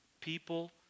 people